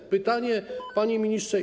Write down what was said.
Mam pytanie, panie ministrze.